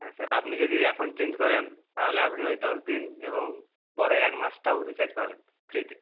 হ্যাঁ স্যার আপনি যদি এখন চেঞ্জ করেন তাহলে আপনি ওই দশ দিন এবং পরে এক মাসটাও রিচার্জ পাবেন ফ্রিতে